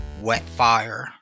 Wetfire